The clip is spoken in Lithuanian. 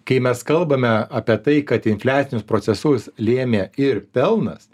kai mes kalbame apie tai kad infliacinius procesus lėmė ir pelnas